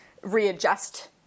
readjust